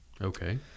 Okay